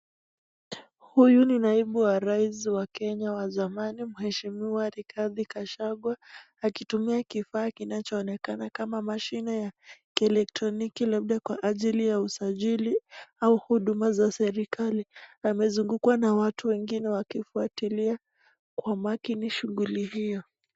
Huyu ni naibu wa rais wa Kenya wa zamani mheshimiwa Rigathi Gachagua akitumia kifaa kinachoonekana kama mashini ya kielektroniki labda kwa ajili ya usajili au huduma za serikali ,amezungukwa na watu wengine wakifuatilia kwa umakini shughuli hio.